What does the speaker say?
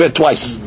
twice